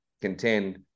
contend